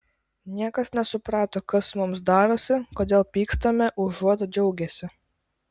niekas nesuprato kas mums darosi kodėl pykstame užuot džiaugęsi